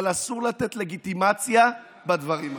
אבל אסור לתת לגיטימציה בדברים הללו.